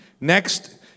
Next